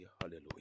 hallelujah